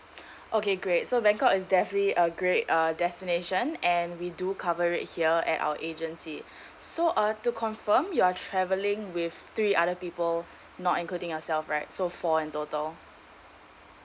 okay great so bangkok is definitely a great uh destination and we do cover it here at our agency so uh to confirm you're travelling with three other people not including yourself right so four in total